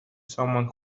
someone